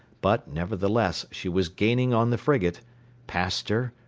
but, nevertheless, she was gaining on the frigate passed her,